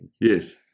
Yes